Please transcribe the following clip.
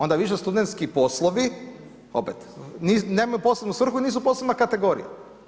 Onda više studentski poslovi, opet, nemaju posebnu svrhu i nisu posebna kategorija.